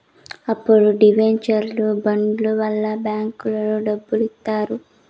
అప్పులు డివెంచర్లు బాండ్ల వల్ల బ్యాంకులో డబ్బులు ఇత్తారు